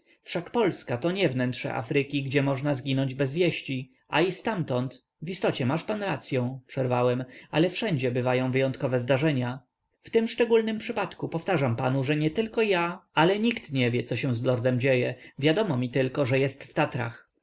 polska to nie wnętrze afryki gdzie można ginąć bez wieści a i ztamtąd w istocie masz pan racyą przerwałem ale wszędzie bywają wyjątkowe zdarzenia w tym szczególnym wypadku powtarzam panu że nietylko ja ale nikt nie wie co się z lordem dzieje wiadomo mi tylko że jest w tatrach